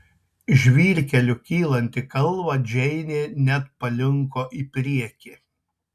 žvyrkeliu kylant į kalvą džeinė net palinko į priekį